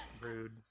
Rude